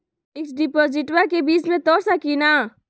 Fix डिपोजिटबा के बीच में तोड़ सकी ना?